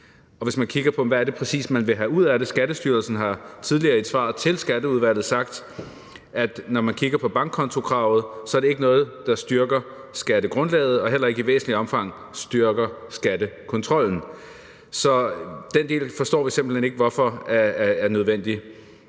Og hvis man kigger på, hvad det præcis er, man vil have ud af det, vil man se, at Skattestyrelsen tidligere i et svar til Skatteudvalget har sagt, at når man kigger på bankkontokravet, er det ikke noget, der styrker skattegrundlaget og heller ikke i væsentligt omfang styrker skattekontrollen. Så den del forstår vi simpelt hen ikke hvorfor er nødvendig.